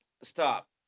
Stop